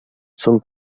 són